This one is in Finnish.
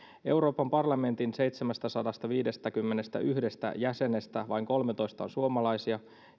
euroopan parlamentin seitsemästäsadastaviidestäkymmenestäyhdestä jäsenestä vain kolmetoista on suomalaisia